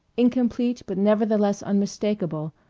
incomplete but nevertheless unmistakable,